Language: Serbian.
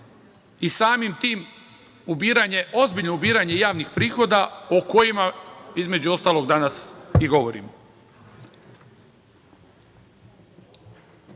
i samim tim ozbiljno ubiranje javnih prihoda o kojima, između ostalog, danas i govorimo. Te